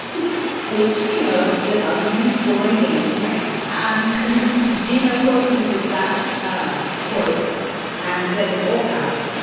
which, you know, there's arguments for and against. right. and gina quote tweeted that ah quotes and said in all caps,